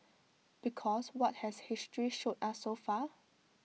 because what has history showed us so far